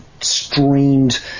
streamed